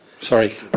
Sorry